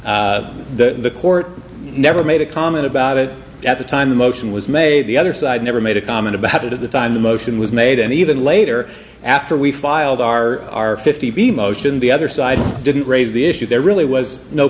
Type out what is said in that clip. him the court never made a comment about it at the time the motion was made the other side never made a comment about it at the time the motion was made and even later after we filed our our fifty p motion the other side didn't raise the issue there really was no